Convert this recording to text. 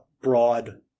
broad